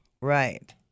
Right